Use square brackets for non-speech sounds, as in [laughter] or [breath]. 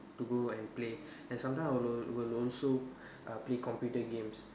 to go and play [breath] and sometimes I will will also uh play computer games